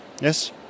Yes